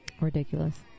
ridiculous